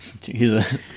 Jesus